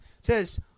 says